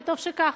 וטוב שכך.